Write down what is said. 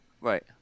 Right